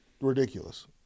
ridiculous